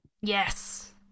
yes